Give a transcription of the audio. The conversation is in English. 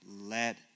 let